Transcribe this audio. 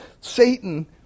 Satan